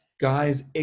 guys